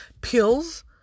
pills